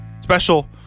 Special